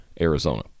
Arizona